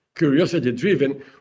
curiosity-driven